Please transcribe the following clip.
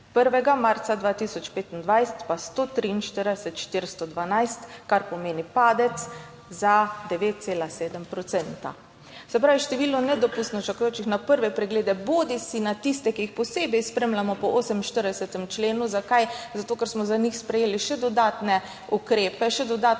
1. marca 2025 pa 143 tisoč 412, kar pomeni padec za 9,7 procenta. Se pravi, število nedopustno čakajočih na prve preglede, bodisi na tiste, ki jih posebej spremljamo po 48. členu, zakaj, zato ker smo za njih sprejeli še dodatne ukrepe, še dodatno